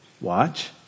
Watch